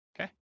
Okay